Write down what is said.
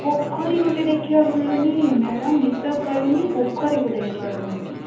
ପୋଖରୀ ଗୋଟେ ଦେଖିବାକୁ ମିଳୁନି ମ୍ୟାଡ଼ାମ୍ ବିଶ୍ୱାସ କରିବେନି ପୋଖରୀ ଗୋଟେ ଦେଖିବାକୁ ମିଳୁନି